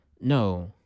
no